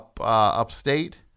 upstate